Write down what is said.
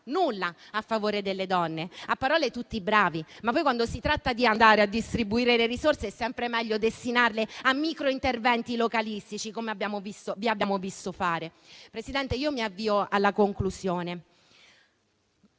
nulla a favore delle donne. A parole, tutti bravi, ma poi, quando si tratta di andare a distribuire le risorse, è sempre meglio destinarle a microinterventi localistici, come vi abbiamo visto fare. Signor Presidente, mi avvio alla conclusione